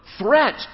threat